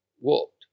walked